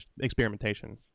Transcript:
experimentation